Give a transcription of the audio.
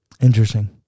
Interesting